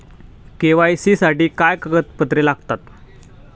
KYC साठी काय कागदपत्रे लागतात?